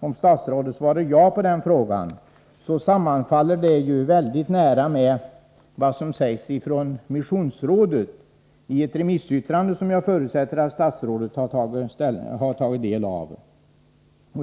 Om statsrådet svarar ja på den frågan, så sammanfaller det mycket nära med vad som sägs från Missionsrådet i ett remissyttrande, som jag förutsätter att statrådet har tagit del av.